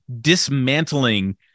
dismantling